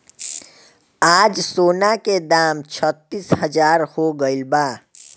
आज सोना के दाम छत्तीस हजार हो गइल बा